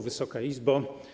Wysoka Izbo!